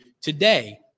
today